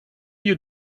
you